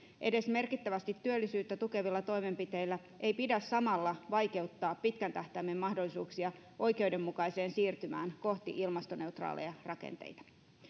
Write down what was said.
edes merkittävästi työllisyyttä tukevilla toimenpiteillä ei pidä samalla vaikeuttaa pitkän tähtäimen mahdollisuuksia oikeudenmukaiseen siirtymään kohti ilmastoneutraaleja rakenteita